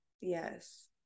Yes